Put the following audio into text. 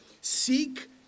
seek